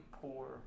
poor